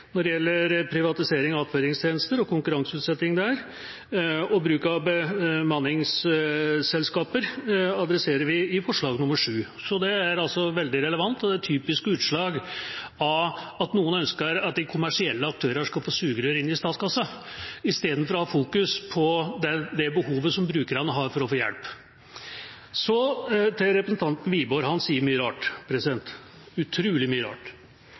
når det gjelder privatisering og konkurranseutsetting av attføringstjenesten. Bruk av bemanningsselskaper adresserer vi i forslag nr. 7. Det er veldig relevant, og det er typiske utslag av at noen ønsker at kommersielle aktører skal få sugerør inn i statskassa – i stedet for å fokusere på brukernes behov for hjelp. Så til representanten Wiborg. Han